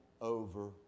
over